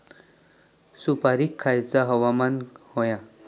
सुपरिक खयचा हवामान होया?